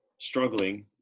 Struggling